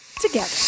together